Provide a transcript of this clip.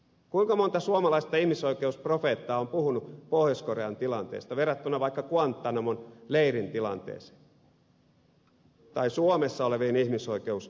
kuinka monta suomalaista ihmisoikeusprofeettaa on puhunut pohjois korean tilanteesta verrattuna vaikka guantanamon leirin tilanteeseen tai suomessa oleviin ihmisoikeusongelmiin